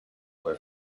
where